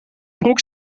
broek